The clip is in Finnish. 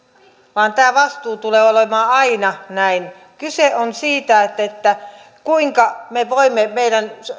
vaan tämä vastuu tulee olemaan aina näin kyse on siitä kuinka me voimme meidän